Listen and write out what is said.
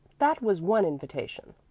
that was one invitation.